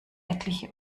etliche